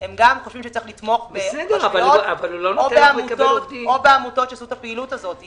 הם גם חושבים שצריך לתמוך ברשויות או בעמותות שעושות את הפעילות הזו.